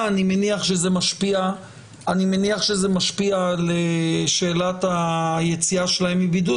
ואני מניח שזה משפיע על שאלת היציאה שלהם מבידוד.